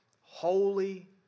holy